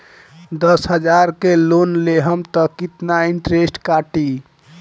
दस हजार के लोन लेहम त कितना इनट्रेस कटी?